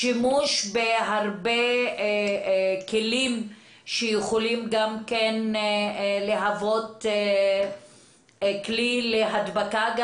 שימוש בהרבה כלים שיכולים גם להוות כלי להדבקה.